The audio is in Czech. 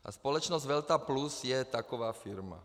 A společnost Velta Plus je taková firma.